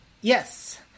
Yes